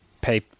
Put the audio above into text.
pay